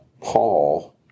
Paul